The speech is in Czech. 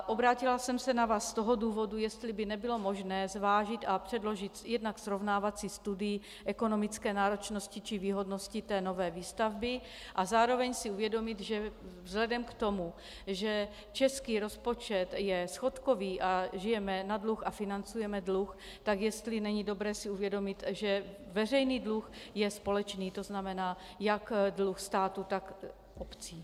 Obrátila jsem se na vás z toho důvodu, jestli by nebylo možné zvážit a předložit jednak srovnávací studii ekonomické náročnosti či výhodnosti nové výstavby a zároveň si uvědomit, že vzhledem k tomu, že český rozpočet je schodkový a žijeme na dluh a financujeme dluh, tak jestli není dobré si uvědomit, že veřejný dluh je společný, to znamená jak dluh státu, tak obcí.